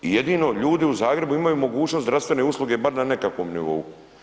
I jedino ljudi u Zagrebu imaju mogućnost zdravstvene usluge bar na nekakvom nivou.